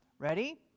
Ready